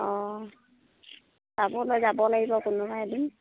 অঁ চাবলৈ যাব লাগিব কোনোবা এদিন